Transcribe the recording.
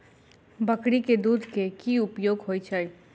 बकरी केँ दुध केँ की उपयोग होइ छै?